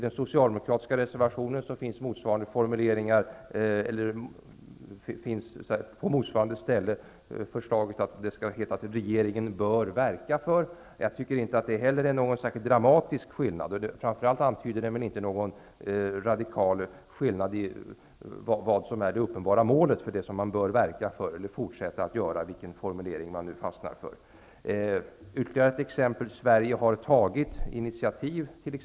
Den socialdemokratiska versionen föreslår formuleringen att regeringen bör verka för fortsatta insatser. Jag tycker inte heller att det är någon särskilt dramatisk skillnad. Framför allt antyder det ingen radikal skillnad i vad som är det uppenbara målet för det som man bör verka för eller fortsätta att göra. Ytterligare ett exempel: I majoritetstexten kan det stå att Sverige har tagit initiativ.